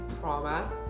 trauma